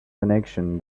connections